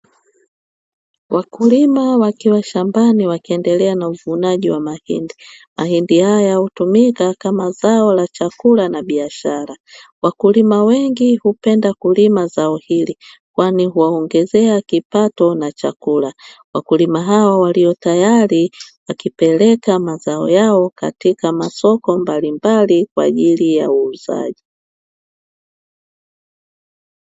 Wakulima wakiwa shambani wakiendelea na uvunaji wa mahindi, mahindi haya hutumika kama zao la chakula na biashara. Wakulima wengi hupenda kulima zao hili kwani huwaongezea kipato na chakula. Wakulima hao walio tayari wakipeleka mazao yao katika masoko mbali mbali kwa ajili ya uuzaji.